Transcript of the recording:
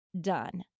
done